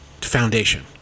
foundation